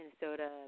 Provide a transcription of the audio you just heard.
Minnesota